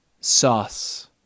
sauce